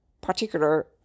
particular